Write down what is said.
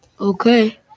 Okay